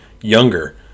younger